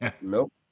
Nope